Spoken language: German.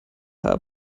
haar